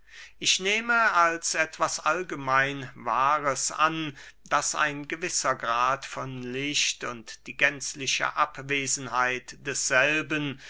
ich nehme als etwas allgemein wahres an daß ein gewisser grad von licht und die gänzliche abwesenheit desselben